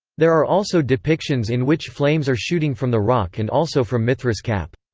there are also depictions in which flames are shooting from the rock and also from mithras' cap.